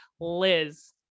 Liz